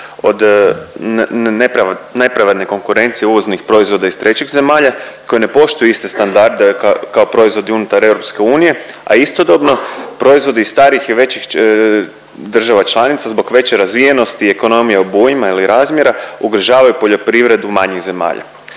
od nepravedne konkurencije uvoznih proizvoda iz trećih zemalja koje ne poštuju iste standarde kao proizvodi unutar EU, a istodobno proizvodi starih i većih država članica zbog veće razvijenosti ekonomije, obujma ili razmjera, ugrožavaju poljoprivredu manjih zemalja.